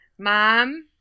Mom